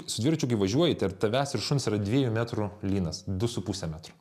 su dviračiu kai važiuoji tarp tavęs ir šuns yra dviejų metrų lynas du su puse metrų